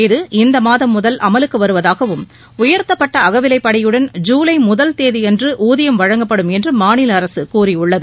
இது இம்மாதம் முதல் அமலுக்கு வருவதாகவும் உயர்த்தப்பட்ட அகவிவைப்படியுடன் ஜூலை முதல் தேதியன்று ஊதியம் வழங்கப்படும் என்று மாநில அரசு கூறியுள்ளது